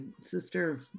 sister